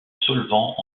solvant